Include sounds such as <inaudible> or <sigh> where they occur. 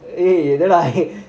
eh then like <laughs>